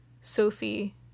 Sophie